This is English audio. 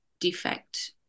defect